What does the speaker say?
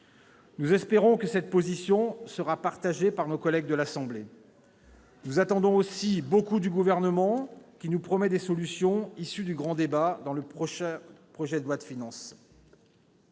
Nous espérons que cette position sera partagée par nos collègues de l'Assemblée nationale. Nous attendons aussi beaucoup du Gouvernement, qui nous promet des solutions issues du grand débat dans le prochain projet de loi de finances.